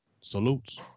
Salutes